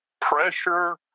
pressure